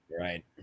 Right